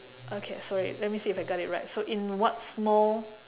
okay sorry let me see if I got it right so in what small